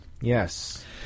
Yes